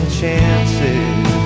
chances